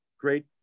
great